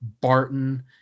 Barton